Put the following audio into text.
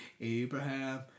Abraham